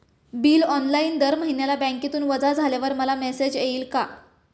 Bill online दर महिन्याला बँकेतून वजा झाल्यावर मला मेसेज येईल का?